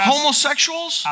Homosexuals